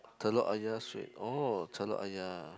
Telok Ayer street oh Telok Ayer